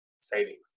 savings